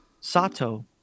sato